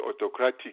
autocratic